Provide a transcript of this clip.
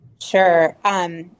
Sure